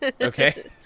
Okay